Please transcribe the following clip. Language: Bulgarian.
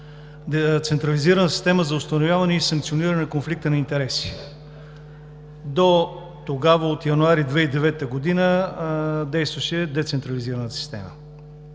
централизирана система за установяване и санкциониране на конфликта на интереси. Дотогава – от януари 2009 г., действаше децентрализираната система.